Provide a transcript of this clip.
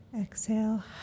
Exhale